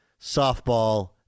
softball